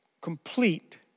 complete